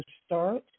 start